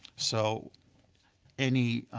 so any